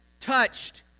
touched